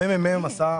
הממ"מ עשה,